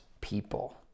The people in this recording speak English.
people